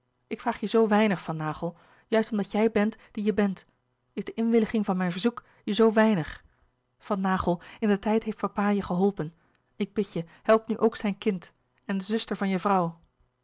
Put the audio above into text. ik vraag je zoo weinig van naghel juist omdat jij bent die je bent is de inwilliging van mijn verzoek je zoo weinig van naghel indertijd heeft papa je geholpen ik bid je help nu ook zijn kind en de zuster van je vrouw